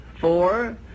Four